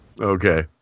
Okay